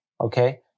Okay